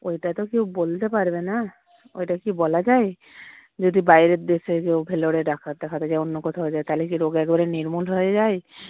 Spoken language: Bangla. ওইটা তো কেউ বলতে পারবে না ওটা কি বলা যায় যদি বাইরের দেশে কেউ ভেলোরে দেখাতে যায় অন্য কথাও দেখাতে যায় তাহলে কি রোগ একেবারে নির্মূল হয়ে যায়